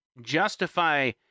justify